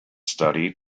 study